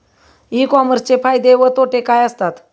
E कॉमर्सचे फायदे व तोटे काय असतात?